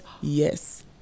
Yes